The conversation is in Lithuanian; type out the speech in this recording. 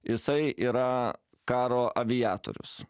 jisai yra karo aviatorius